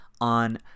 on